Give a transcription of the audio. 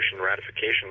ratification